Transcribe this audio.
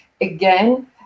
Again